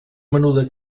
menuda